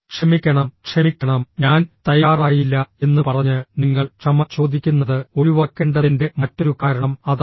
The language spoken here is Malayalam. ക്ഷമിക്കണം ക്ഷമിക്കണം ഞാൻ തയ്യാറായില്ല എന്ന് പറഞ്ഞ് നിങ്ങൾ ക്ഷമ ചോദിക്കുന്നത് ഒഴിവാക്കേണ്ടതിന്റെ മറ്റൊരു കാരണം അതാണ്